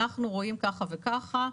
אנחנו רואים ככה וככה',